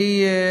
אני,